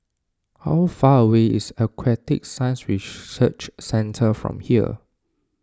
how far away is Aquatic Science Research Centre from here